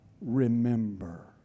remember